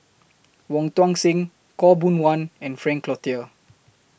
Wong Tuang Seng Khaw Boon Wan and Frank Cloutier